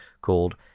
called